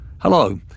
Hello